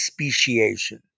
speciation